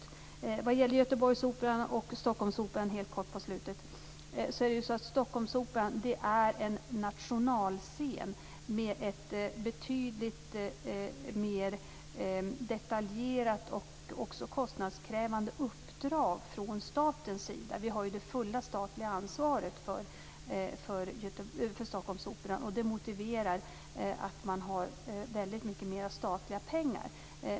Vad helt kort gäller Göteborgsoperan och Stockholmsoperan är Stockholmsoperan en nationalscen med ett betydligt mer detaljerat och också kostnadskrävande uppdrag från statens sida. Vi har ju det fulla statliga ansvaret för Stockholmsoperan, och det motiverar att man har väldigt mycket mer statliga pengar.